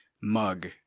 mug